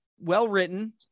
well-written